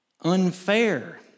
unfair